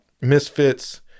misfits